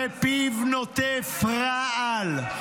שר שפיו נוטף רעל.